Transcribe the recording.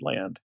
land